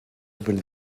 opened